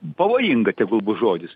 pavojinga tegul bus žodis